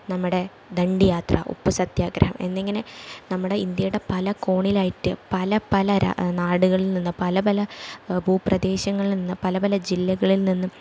നമ്മുടെ ദണ്ഡിയാത്ര ഉപ്പ് സത്യാഗ്രഹം എന്നിങ്ങനെ നമ്മുടെ ഇന്ത്യയുടെ പല കോണിലായിട്ട് പല പല രാ നാടുകളിൽ നിന്ന് പല പല ഭൂപ്രദേശങ്ങളിൽ നിന്ന് പല പല ജില്ലകളിൽ നിന്നും